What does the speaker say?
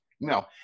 No